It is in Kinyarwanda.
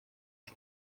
bwe